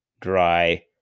dry